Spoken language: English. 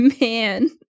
man